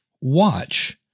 watch